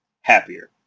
happier